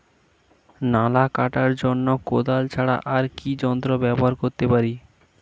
নালা কাটার জন্য কোদাল ছাড়া আর কি যন্ত্র ব্যবহার করতে পারি?